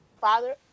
father